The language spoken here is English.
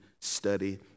study